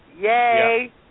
Yay